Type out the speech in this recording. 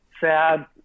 Sad